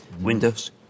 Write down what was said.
Windows